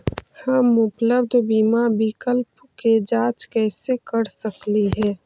हम उपलब्ध बीमा विकल्प के जांच कैसे कर सकली हे?